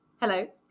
Hello